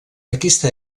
aquesta